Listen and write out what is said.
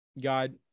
God